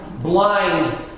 Blind